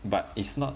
but it's not